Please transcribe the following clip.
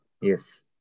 Yes